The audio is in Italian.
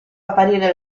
apparire